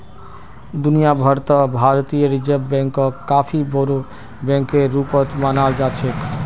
दुनिया भर त भारतीय रिजर्ब बैंकक काफी बोरो बैकेर रूपत मानाल जा छेक